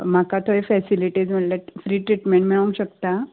म्हाका थंय फॅसिलिटीज म्हणल्यार फ्री ट्रिटमेंट मेळोंक शकता